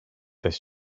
this